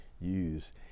use